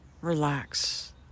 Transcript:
relax